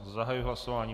Zahajuji hlasování.